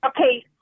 Okay